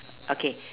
okay